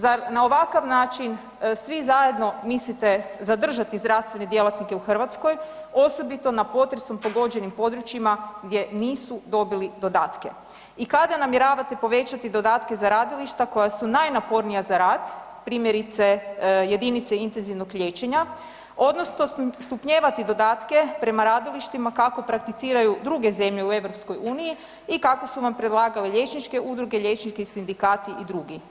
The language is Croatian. Zar na ovakav način svi zajedno mislite zadržati zdravstvene djelatnike u Hrvatskoj, osobito na potresom pogođenim područjima, gdje nisu dobili dodatke i kada namjeravate povećati dodatke za radilišta koja su najnapornija za rad, primjerice, jedinice intenzivnog liječenja, odnosno stupnjevati dodatke prema radilištima kako prakticiraju druge zemlje u EU i kako su nam predlagale liječničke udruge i liječnički sindikati i drugi.